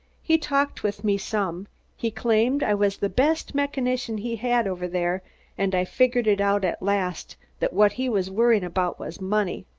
he talked with me some he claimed i was the best mechanician he had over there and i figured it out at last that what he was worryin' about was money.